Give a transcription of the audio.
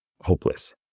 hopeless